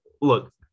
look